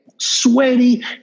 Sweaty